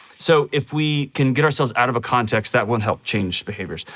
so, if we can get ourselves out of a context, that will help change behaviors.